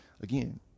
Again